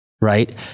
Right